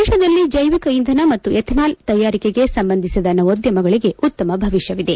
ದೇಶದಲ್ಲಿ ಜೈವಿಕ ಇಂಧನ ಮತ್ತು ಎಥೆನಾಲ್ ತಯಾರಿಕೆಗೆ ಸಂಬಂಧಿಸಿದ ನವೋದ್ಯಮಗಳಿಗೆ ಉತ್ತಮ ಭವಿಷ್ಯವಿದೆ